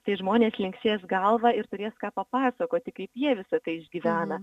tai žmonės linksės galva ir turės ką papasakoti kaip jie visa tai išgyvena